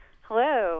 Hello